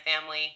family